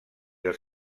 els